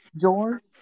George